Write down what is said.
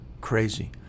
crazy